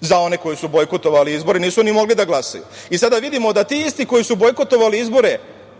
Za one koji su bojkotovali izbore nisu ni mogli da glasaju. Sada vidimo da ti isti koji su bojkotovali izbore